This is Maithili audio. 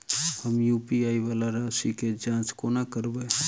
हम यु.पी.आई वला राशि केँ जाँच कोना करबै?